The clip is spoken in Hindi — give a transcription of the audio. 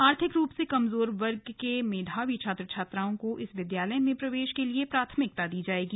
आर्थिक रूप से कमजोर वर्ग के मेधावी छात्र छात्राओं को इस विद्यालय में प्रवेश के लिए प्राथमिकता दी जायेगी